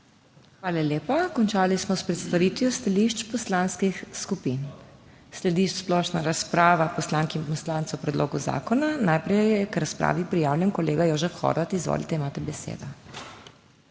Hvala lepa. Končali smo s predstavitvijo stališč poslanskih skupin. Sledi splošna razprava poslank in poslancev o predlogu zakona. Najprej je k razpravi prijavljen kolega Jožef Horvat. Izvolite, imate besedo.